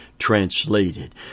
translated